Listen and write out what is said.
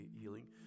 healing